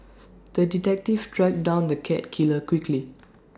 the detective tracked down the cat killer quickly